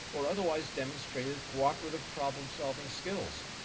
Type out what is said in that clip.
or otherwise demonstrated cooperative problem-solving skills.